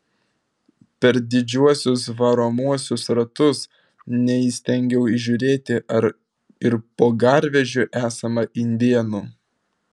per didžiuosius varomuosius ratus neįstengiau įžiūrėti ar ir po garvežiu esama indėnų